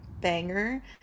banger